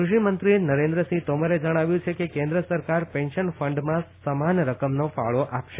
કુષિ મંત્રી નરેન્દ્રસીંહ તોમરે જણાવ્યું કે કેન્દ્ર સરકાર પેન્શન ફંડમાં સમાન રકમનો ફાળો આપશે